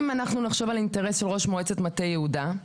אם נחשוב על האינטרס של ראש מועצת מטה יהודה,